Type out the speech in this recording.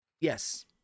Yes